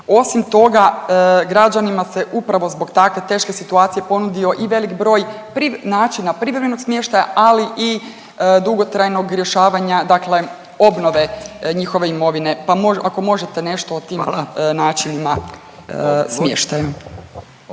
Osim toga građanima se upravo zbog takve teške situacije ponudio i velik broj načina privremenog smještaja, ali i dugotrajnog rješavanja obnove njihove imovine, pa ako možete nešto o tim …/Upadica